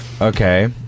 Okay